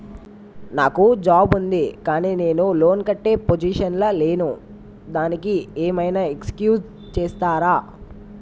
నాకు జాబ్ ఉంది కానీ నేను లోన్ కట్టే పొజిషన్ లా లేను దానికి ఏం ఐనా ఎక్స్క్యూజ్ చేస్తరా?